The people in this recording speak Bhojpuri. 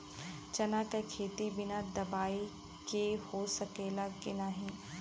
चना के खेती बिना दवाई के हो सकेला की नाही?